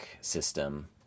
system